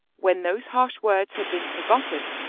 when those harsh words had been forgotten,